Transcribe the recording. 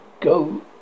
go